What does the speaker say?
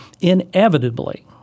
Inevitably